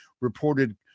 reported